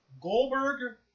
Goldberg